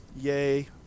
yay